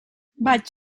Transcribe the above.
vaig